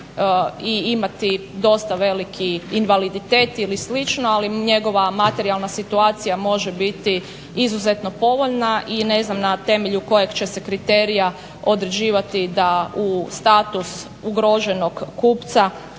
i imati dosta veliki invaliditet ili slično, ali njegova materijalna situacija može biti izuzetno povoljna i ne znam na temelju kojeg će se kriterija određivati da u status ugroženog kupca